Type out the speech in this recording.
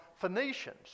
Phoenicians